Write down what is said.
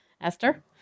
Esther